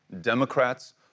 Democrats